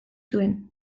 zuen